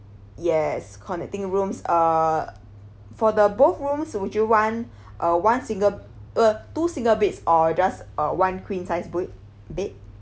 yes connecting rooms uh for the both rooms would you want uh one single uh two single beds or just uh one queen size be~ bed